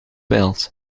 wild